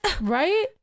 Right